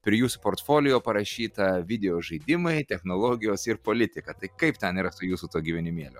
prie jūsų portfolio parašyta videožaidimai technologijos ir politika tai kaip ten yra su jūsų tuo gyvenimėliu